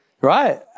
Right